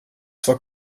zwar